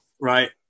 right